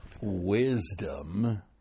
wisdom